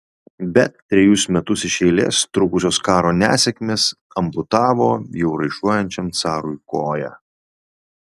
bet trejus metus iš eilės trukusios karo nesėkmės amputavo jau raišuojančiam carui koją